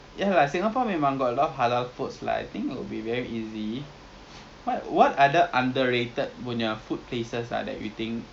it's I would say the a normal chicken is like macam you go to jinjja chicken then you order the chicken wings right that's spicy or ah it's that one lah macam gitu but this is twelve for twelve dollars